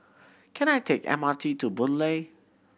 can I take the M R T to Boon Lay